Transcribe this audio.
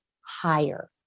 higher